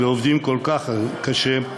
ועובדים כל כך קשה,